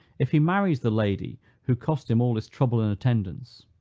if he marries the lady who cost him all this trouble and attendance,